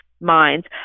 minds